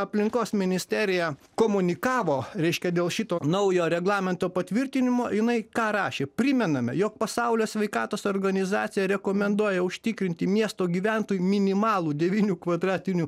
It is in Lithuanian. aplinkos ministerija komunikavo reiškia dėl šito naujo reglamento patvirtinimo jinai ką rašė primename jog pasaulio sveikatos organizacija rekomenduoja užtikrinti miesto gyventojų minimalų devynių kvadratinių